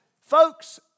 folks